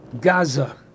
Gaza